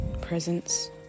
presence